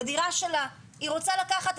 בדירה שלה היא רוצה לקחת,